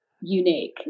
unique